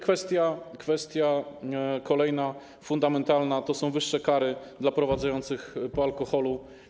Kwestia kolejna, fundamentalna to są wyższe kary dla prowadzących po alkoholu.